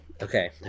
Okay